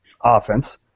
offense